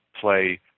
play